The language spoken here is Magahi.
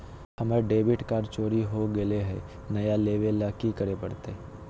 हमर डेबिट कार्ड चोरी हो गेले हई, नया लेवे ल की करे पड़तई?